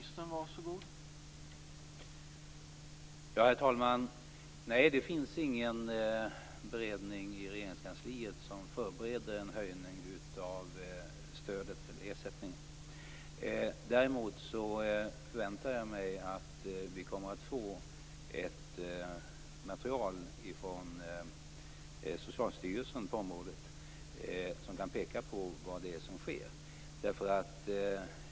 Herr talman! Nej, det finns ingen beredning i Regeringskansliet som förbereder en höjning av ersättningen. Däremot förväntar jag mig att vi kommer att få ett material från Socialstyrelsen på området som kan peka på vad det är som sker.